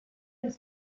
has